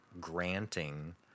granting